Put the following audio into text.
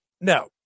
no